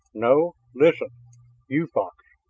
no? listen you, fox,